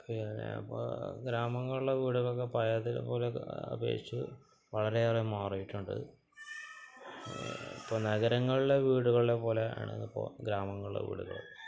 ഇപ്പോള് ഗ്രാമങ്ങളിലെ വീടുകള്ക്ക് പഴയതുപോലെ അപേക്ഷിച്ച് വളരെയേറെ മാറിയിട്ടുണ്ട് ഇപ്പോള് നഗരങ്ങളിലെ വീടുകളെ പോലെ ആണ് ഇപ്പോള് ഗ്രാമങ്ങളിലെ വീടുകള്